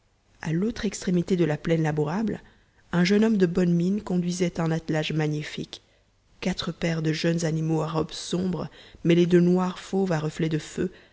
a l'autre extrémité de la plaine labourable un jeune homme de bonne mine conduisait un attelage magnifique quatre paires de jeunes animaux à robe sombre mêlée de noir fauve à reflets de feu